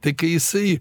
tai kai jisai